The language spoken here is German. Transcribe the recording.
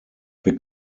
wir